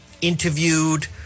interviewed